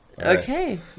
okay